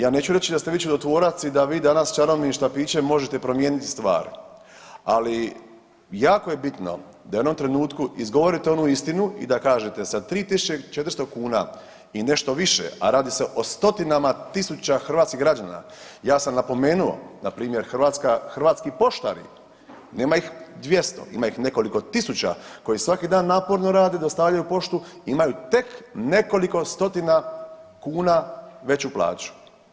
Ja neću reći da ste vi čudotvorac i da vi danas čarobnim štapićem možete promijeniti stvari, ali jako je bitno da u jednom trenutku izgovorite onu istinu i da kažete sa 3.400 kuna i nešto više, a radi se o stotinama tisuća hrvatskih građana, ja sam napomenuo, npr. hrvatski poštari nema ih 200, ima ih nekoliko tisuća koji svaki dan naporno rade i dostavljaju poštu, imaju tek nekoliko stotina kuna veću plaću.